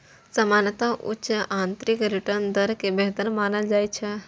सामान्यतः उच्च आंतरिक रिटर्न दर कें बेहतर मानल जाइ छै